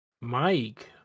Mike